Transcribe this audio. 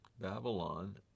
Babylon